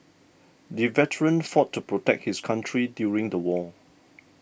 the veteran fought to protect his country during the war